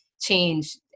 change